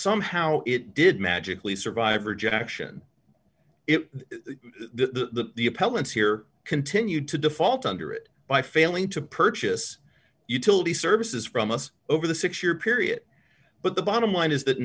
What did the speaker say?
somehow it did magically survive rejection it the the appellant's here continued to default under it by failing to purchase utility services from us over the six year period but the bottom line is that